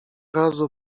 razu